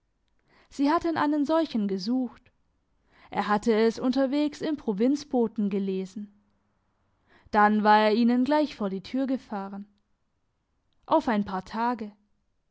sie hatten einen solchen gesucht er hatte es unterwegs im provinzboten gelesen dann war er ihnen gleich vor die tür gefahren auf ein paar tage